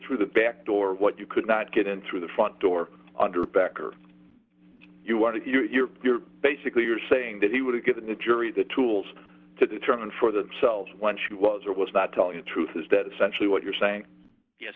through the back door what you could not get in through the front door under back or you want to you're you're basically you're saying that he would have given the jury the tools to determine for themselves when she was or was not telling the truth is that essentially what you're saying yes